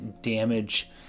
damage